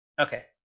Okay